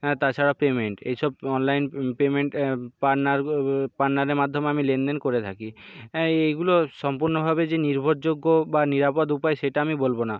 হ্যাঁ তাছাড়া পেমেন্ট এইসব অনলাইন পেমেন্ট পার্টনার পার্টনারের মাধ্যমে আমি লেনদেন করে থাকি হ্যাঁ এইগুলো সম্পূর্ণভাবে যে নির্ভরযোগ্য বা নিরাপদ উপায় সেটা আমি বলব না